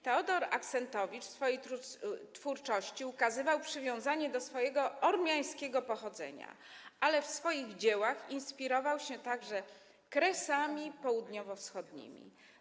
Teodor Axentowicz w swojej twórczości ukazywał przywiązanie do swojego ormiańskiego pochodzenia, ale w swoich dziełach inspirował się także kresami południowo-wschodnimi.